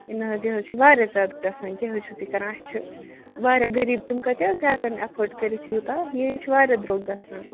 ہَے نہَ حظ یہِ حظ چھُ واریاہ زیادٕ گژھان کیٛاہ حظ چھِو تُہۍ کران اَسہِ چھِ واریاہ غریٖب تِم کَتہِ حظ ہیٚکَن ایفٲڑ کٔرِتھ یوٗتاہ یہِ ہے چھُ واریاہ دروٚگ گژھان